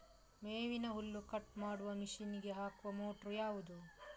ಮೇವಿನ ಹುಲ್ಲು ಕಟ್ ಮಾಡುವ ಮಷೀನ್ ಗೆ ಹಾಕುವ ಮೋಟ್ರು ಯಾವುದು?